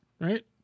Right